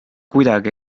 kuidagi